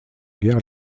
guerre